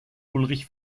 ulrich